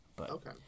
Okay